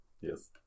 Yes